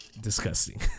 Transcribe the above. disgusting